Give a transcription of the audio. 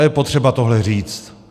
Je potřeba tohle říct.